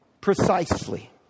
precisely